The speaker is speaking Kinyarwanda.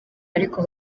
ariko